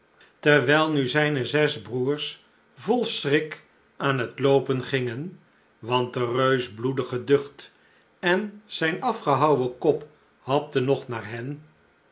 terwijl nu zijne zes broêrs vol schrik aan het loopen gingen want de reus bloedde geducht en zijn afgehouwen kop hapte nog naar hen